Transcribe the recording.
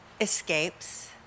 escapes